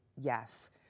yes